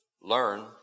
learn